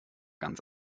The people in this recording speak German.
ganz